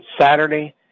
Saturday